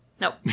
Nope